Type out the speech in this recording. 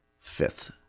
fifth